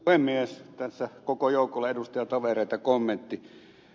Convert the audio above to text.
tässä koko joukolle edustajatovereita kommentti